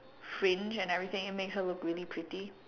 fringe and everything it makes her look really pretty